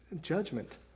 judgment